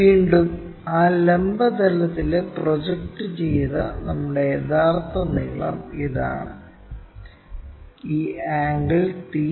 വീണ്ടും ആ ലംബ തലത്തിലെ പ്രൊജക്ട് ചെയ്ത നമ്മുടെ യഥാർത്ഥ നീളം ഇതാണ് ഈ ആംഗിൾ തീറ്റ